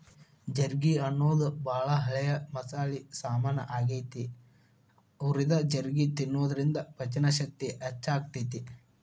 ಜೇರ್ಗಿ ಅನ್ನೋದು ಬಾಳ ಹಳೆ ಮಸಾಲಿ ಸಾಮಾನ್ ಆಗೇತಿ, ಹುರಿದ ಜೇರ್ಗಿ ತಿನ್ನೋದ್ರಿಂದ ಪಚನಶಕ್ತಿ ಹೆಚ್ಚಾಗ್ತೇತಿ